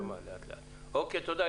אןקיי, תודה.